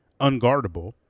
unguardable